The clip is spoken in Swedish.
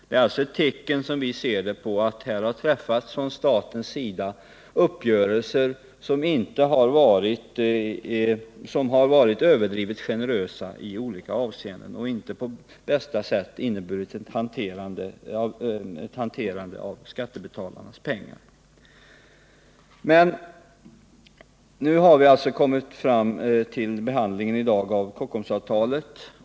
Som vi ser det är det ett tecken på att det från statens sida träffats uppgörelser som varit överdrivet generösa i olika avseenden och inte på bästa sätt hanterat skattebetalarnas pengar. Men nu i dag har vi alltså kommit fram till behandlingen av Kockumsavtalet.